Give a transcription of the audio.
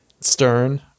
stern